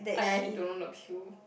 !aiya! he don't know the